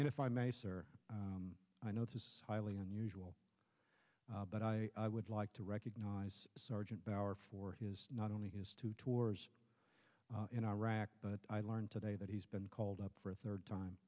know if i may sir i notice highly unusual but i would like to recognize sergeant bauer for his not only his two tours in iraq but i learned today that he's been called up for a third time